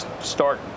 start